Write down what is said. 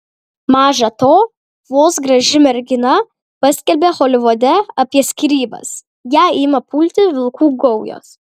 maža to vos graži mergina paskelbia holivude apie skyrybas ją ima pulti vilkų gaujos